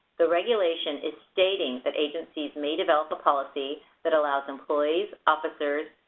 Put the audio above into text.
the regulation is stating that agencies may develop a policy that allows employees, officers,